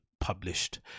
published